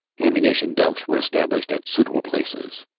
ammuni tion dumps were estab lished at suitable places.